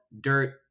dirt